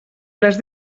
les